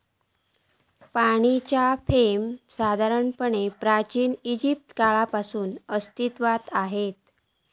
पाणीच्या फ्रेम साधारणपणे प्राचिन इजिप्त काळापासून अस्तित्त्वात हत